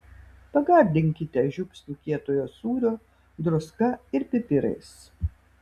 pagardinkite žiupsniu kietojo sūrio druska ir pipirais